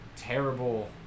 terrible